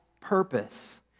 purpose